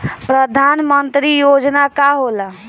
परधान मंतरी योजना का होला?